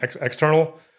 external